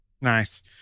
Nice